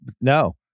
no